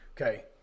okay